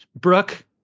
Brooke